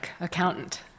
accountant